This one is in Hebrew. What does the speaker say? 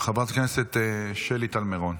חברת הכנסת שלי טל מירון,